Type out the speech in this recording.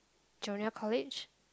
junior college